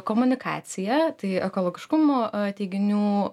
komunikacija tai ekologiškumo teiginių